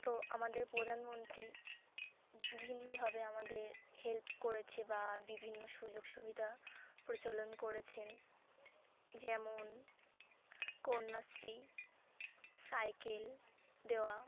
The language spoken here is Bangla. তো আমাদের প্রধানমন্তী বিভিন্নভাবে আমাদের হেল্প করেছে বা বিভিন্ন সুযোগ সুবিধা প্রচলন করেছেন যেমন কন্যাশ্রী সাইকেল দেওয়া